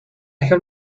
have